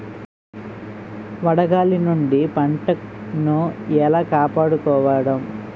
వడగాలి నుండి పంటను ఏలా కాపాడుకోవడం?